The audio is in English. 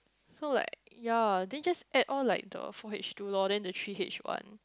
so like ya then just add all like the four H-two lor then the three H-one